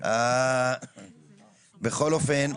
--- בכל אופן,